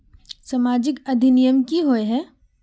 सामाजिक अधिनियम की होय है?